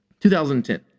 2010